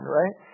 right